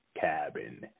cabin